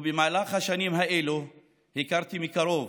ובמהלך השנים האלה הכרתי מקרוב